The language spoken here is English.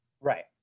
Right